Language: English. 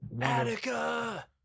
Attica